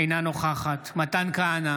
אינה נוכחת מתן כהנא,